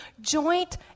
joint